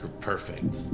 Perfect